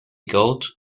gold